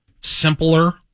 simpler